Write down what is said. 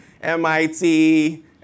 MIT